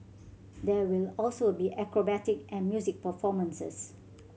there will also be acrobatic and music performances